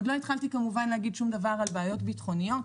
ועוד לא דיברתי על בעיות ביטחוניות,